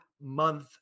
month